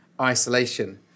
isolation